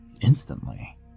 instantly